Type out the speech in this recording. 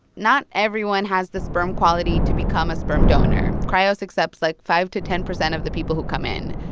not everyone has the sperm quality to become a sperm donor. cryos accepts, like, five percent to ten percent of the people who come in.